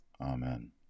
Amen